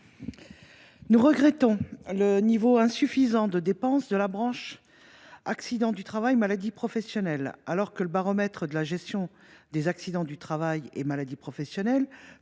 Nous regrettons le niveau insuffisant de dépenses de la branche accidents du travail et maladies professionnelles, alors que le baromètre de la gestion des accidents du travail et maladies professionnelles